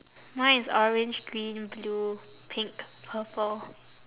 mine is orange green blue pink purple